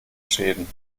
schäden